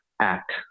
act